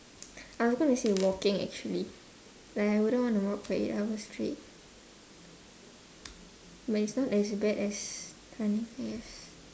I was gonna say walking actually like I wouldn't want to walk for eight hours straight well it's not as bad as running yes